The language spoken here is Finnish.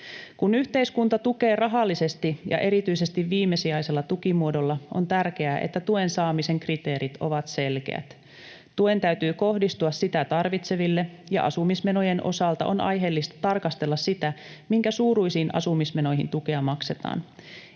Kun yhteiskunta tukee rahallisesti ja erityisesti viimesijaisella tukimuodolla, on tärkeää, että tuen saamisen kriteerit ovat selkeät. Tuen täytyy kohdistua sitä tarvitseville, ja asumismenojen osalta on aiheellista tarkastella sitä, minkä suuruisiin asumismenoihin tukea maksetaan.